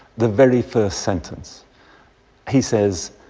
the very first sentence he says,